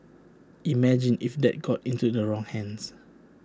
imagine if that got into the wrong hands